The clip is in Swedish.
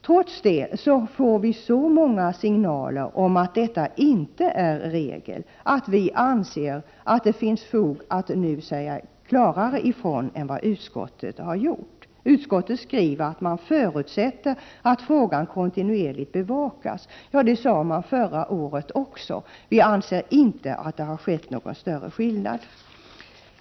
Trots det kommer det så många signaler om att detta inte är regel att det finns fog för att nu säga klarare ifrån än vad utskottet har gjort. Utskottet skriver att man förutsätter att frågan kontinuerligt bevakas. Ja, det sade utskottet förra året också, och vi anser att det inte har skett någon större förändring.